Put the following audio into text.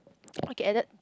okay added